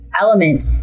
element